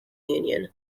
union